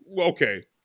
okay